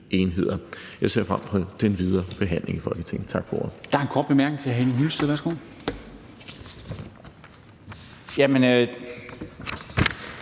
enheder. Jeg ser frem til den videre behandling i Folketinget. Tak for ordet.